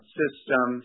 system